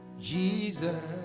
Jesus